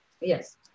Yes